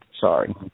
Sorry